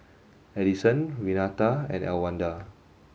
Addyson Renata and Elwanda